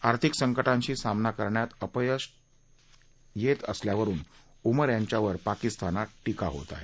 आर्थिक संकटाशी सामना करण्यात अपयशी ठरत असल्यावरुन उमर यांच्यावर पाकिस्तानात टीका होत आहे